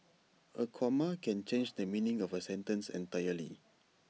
A comma can change the meaning of A sentence entirely